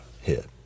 hit